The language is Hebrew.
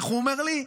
איך הוא אומר לי?